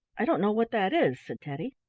i don't know what that is, said teddy.